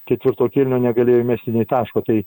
ketvirto kėlinio negalėjo įmesti nė taško tai